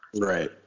Right